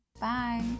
Bye